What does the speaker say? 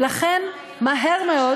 ולכן, מהר מאוד,